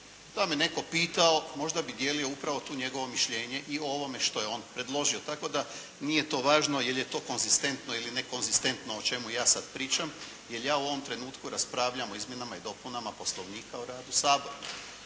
Da me netko pitao možda bih dijelio upravo tu njegovo mišljenje i o ovome što je on predložio, tako da nije to važno je li to konzistentno ili nekonzistentno o čemu ja sad pričam jer ja u ovom trenutku raspravljam o izmjenama i dopunama Poslovnika o radu Sabora.